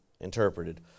interpreted